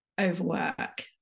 overwork